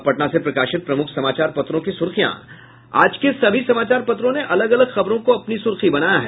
अब पटना से प्रकाशित प्रमुख समाचार पत्रों की सुर्खियां आज के सभी समाचार पत्रों ने अलग अलग खबरों को अपनी सुर्खी बनाया है